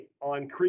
on